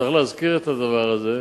צריך להזכיר את הדבר הזה,